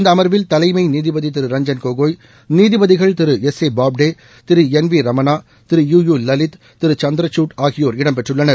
இந்த அமர்வில் தலைமை நீதிபதி திரு ரஞ்சன் கோகோய் நீதிபதிகள் Thiru S A Bobde Thiru N V Ramana Thiru U U Lalit Thiru D Y Chandrachud ஆகியோர் இடம்பெற்றுள்ளனர்